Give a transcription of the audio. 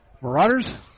Marauders